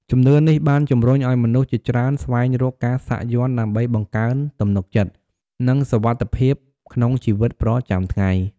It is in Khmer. ជំនឿនេះបានជំរុញឱ្យមនុស្សជាច្រើនស្វែងរកការសាក់យ័ន្តដើម្បីបង្កើនទំនុកចិត្ត និងសុវត្ថិភាពក្នុងជីវិតប្រចាំថ្ងៃ។